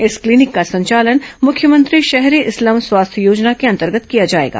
इस क्लीनिक का संचालन मुख्यमंत्री शहरी स्लम स्वास्थ्य योजना के अंतर्गत किया जाएगा